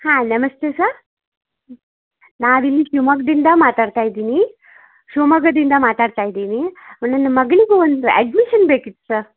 ಹಾಂ ನಮಸ್ತೆ ಸರ್ ನಾವಿಲ್ಲಿ ಶಿವ್ಮೊಗ್ಗದಿಂದ ಮಾತಾಡ್ತಾಯಿದ್ದೀನಿ ಶಿವಮೊಗ್ಗದಿಂದ ಮಾತಾಡ್ತಾಯಿದೀನಿ ನನ್ನ ಮಗಳಿಗೆ ಒಂದು ಅಡ್ಮಿಷನ್ ಬೇಕಿತ್ತ್ ಸರ್